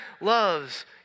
loves